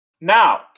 Now